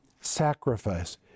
sacrifice